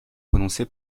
prononcé